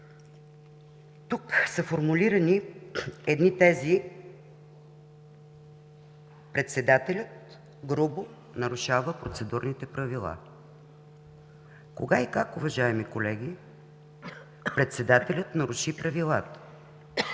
Тук са формулирани тези, например „Председателят грубо нарушава процедурните правила“. Кога и как, уважаеми колеги, председателят наруши правилата?